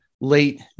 late